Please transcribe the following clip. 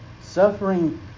Suffering